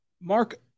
Mark